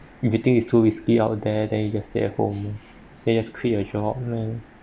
if you think it's too risky out there then you just stay at home lor then just quit your job man